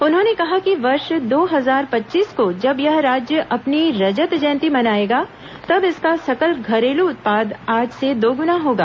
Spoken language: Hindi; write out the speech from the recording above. उन्होंने कहा कि वर्ष दो हजार पच्चीस को जब यह राज्य अपनी रजत जयंती मनाएगा तब इसका सकल घरेलू उत्पाद आज से दोगुना होगा